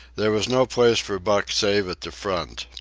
there was no place for buck save at the front.